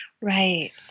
Right